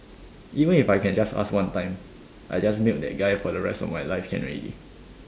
even if I can just ask one time I just milk that guy for the rest of my like can already